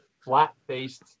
flat-faced